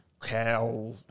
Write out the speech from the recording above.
cow